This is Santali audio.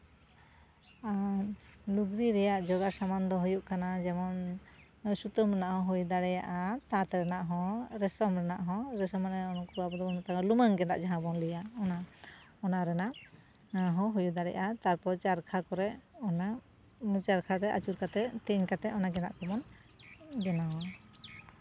ᱟᱨ ᱞᱩᱜᱽᱲᱤ ᱨᱮᱭᱟᱜ ᱡᱚᱜᱟ ᱥᱟᱢᱟᱱ ᱫᱚ ᱩᱭᱩᱜ ᱠᱟᱱᱟ ᱡᱮᱢᱚᱱ ᱥᱩᱛᱟᱹᱢ ᱨᱮᱱᱟᱜ ᱦᱚᱸ ᱦᱩᱭ ᱫᱟᱲᱮᱭᱟᱜᱼᱟ ᱛᱟᱸᱛ ᱨᱮᱱᱟᱜ ᱦᱚᱸ ᱨᱮᱥᱚᱱ ᱨᱮᱱᱟᱜ ᱦᱚᱸ ᱨᱮᱥᱚᱱ ᱢᱟᱱᱮ ᱩᱱᱠᱩ ᱟᱵᱚ ᱫᱚᱵᱚᱱ ᱢᱮᱛᱟ ᱠᱚᱣᱟ ᱞᱩᱢᱟᱹᱝ ᱜᱮᱸᱫᱟᱜ ᱡᱟᱦᱟᱸ ᱵᱚᱱ ᱞᱟᱹᱭᱟ ᱚᱱᱟ ᱚᱱᱟ ᱨᱮᱱᱟᱜ ᱦᱚᱸ ᱦᱩᱭ ᱫᱟᱲᱮᱭᱟᱜᱼᱟ ᱛᱟᱨᱯᱚᱨ ᱪᱟᱨᱠᱷᱟ ᱠᱚᱨᱮ ᱚᱱᱟ ᱪᱟᱨᱠᱷᱟ ᱨᱮ ᱟᱹᱪᱩᱨ ᱠᱟᱛᱮ ᱛᱮᱧ ᱠᱟᱛᱮ ᱚᱱᱟ ᱜᱮᱸᱫᱟᱜ ᱠᱚᱵᱚᱱ ᱵᱮᱱᱟᱣᱟ